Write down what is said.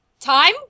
Time